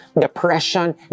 depression